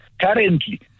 currently